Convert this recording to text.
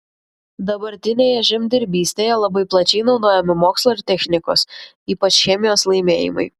dabartinėje žemdirbystėje labai plačiai naudojami mokslo ir technikos ypač chemijos laimėjimai